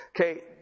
okay